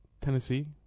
Tennessee